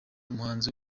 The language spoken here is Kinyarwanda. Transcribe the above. umuhanzi